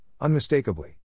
unmistakably